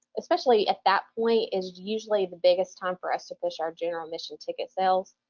especially at that point is usually the biggest time for us to push our general admission ticket sales.